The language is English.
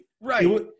right